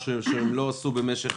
משהו שהם לא עשו במשך